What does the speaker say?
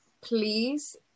please